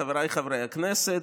חבריי חברי הכנסת,